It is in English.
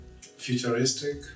futuristic